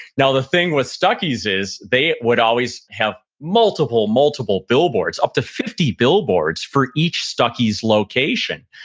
now the thing with stuckey's is they would always have multiple, multiple billboards, up to fifty billboards for each stuckey's location.